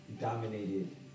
dominated